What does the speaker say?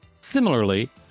Similarly